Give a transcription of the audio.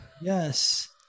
Yes